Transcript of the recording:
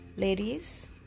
ladies